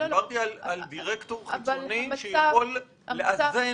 דיברתי על דירקטור חיצוני שיכול לאזן